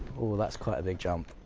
ooh, that's quite a big jump.